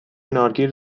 نارگیل